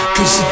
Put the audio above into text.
Cause